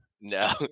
No